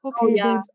okay